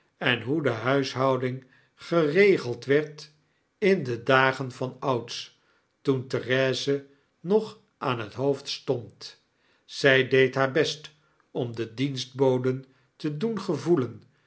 en hoe de huishouding geregeld werd in de dagen vanouds toeu therese nog aan het hoofd stond zy deed haar best om de diensthoden te doengevoelen